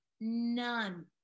None